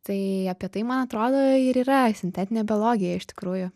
tai apie tai man atrodo ir yra sintetinė biologija iš tikrųjų